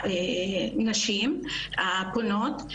בחקירת הנשים הפונות.